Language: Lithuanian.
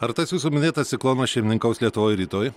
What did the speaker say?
ar tas jūsų minėtas ciklonas šeimininkaus lietuvoj ir rytoj